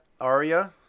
Arya